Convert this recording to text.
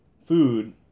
food